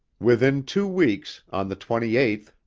within two weeks, on the twenty eighth,